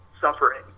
suffering